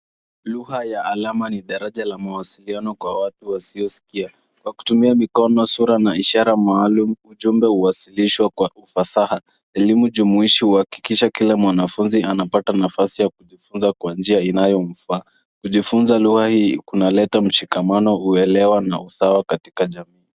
Lugha ya alama ni daraja la mawasiliano kwa watu wasiosikia. Wakitumia mikono, sura na ishara maalumu ili ujumbe uwasilishwe kwa ufasaha. Elimu jumuishi huhakikisha kwamba mwanafunzi anapata nafasi ya kujifunza kwa njia inayomfaa. Kujifunza lugha hii kunaleta mshikamano, uelewa na usawa katika jamii.